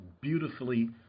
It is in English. beautifully